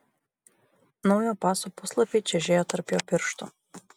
naujo paso puslapiai čežėjo tarp jo pirštų